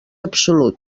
absolut